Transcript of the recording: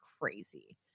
crazy